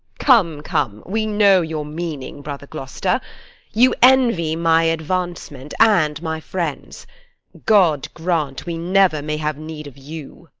come, come, we know your meaning, brother gloster you envy my advancement, and my friends' god grant we never may have need of you!